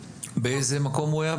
באיזה מקום הוא היה?